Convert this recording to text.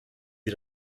sie